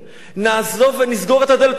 נעזוב ונסגור את הדלת המסתובבת.